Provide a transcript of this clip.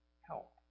help